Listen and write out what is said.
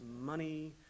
money